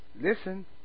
listen